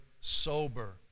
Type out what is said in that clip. sober